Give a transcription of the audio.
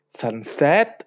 sunset